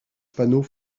panneaux